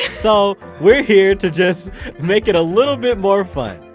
so we're here to just make it a little bit more fun.